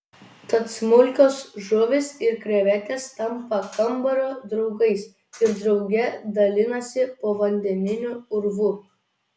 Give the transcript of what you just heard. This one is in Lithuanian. tad smulkios žuvys ir krevetės tampa kambario draugais ir drauge dalinasi povandeniniu urvu